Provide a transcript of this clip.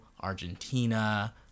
Argentina